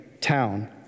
town